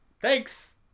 Thanks